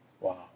Wow